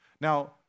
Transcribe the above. Now